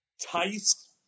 Tice